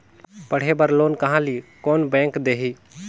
पढ़े बर लोन कहा ली? कोन बैंक देही?